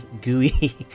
gooey